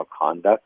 conduct